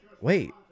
Wait